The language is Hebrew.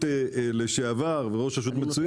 המקומיות כדי לממן אלף ואחד דברים.